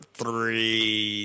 three